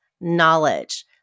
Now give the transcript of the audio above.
knowledge